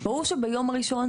ברור שביום הראשון,